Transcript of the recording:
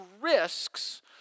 risks